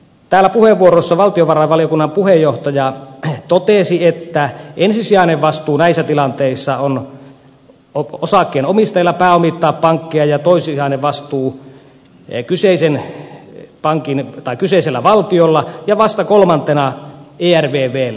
täällä puheenvuorossa valtiovarainvaliokunnan puheenjohtaja totesi että ensisijainen vastuu näissä tilanteissa on osakkeenomistajilla pääomittaa pankkeja ja toissijainen vastuu kyseisellä valtiolla ja vasta kolmantena ervvllä